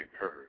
heard